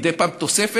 מדי פעם תוספת,